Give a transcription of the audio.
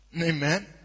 Amen